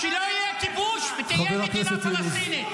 כשלא יהיה כיבוש ותהיה מדינה פלסטינית.